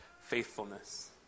faithfulness